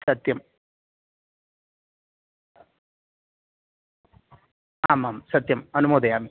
सत्यम् आमां सत्यम् अनुमोदयामि